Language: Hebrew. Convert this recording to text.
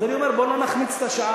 אז אני אומר, בוא לא נחמיץ את השעה,